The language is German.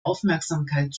aufmerksamkeit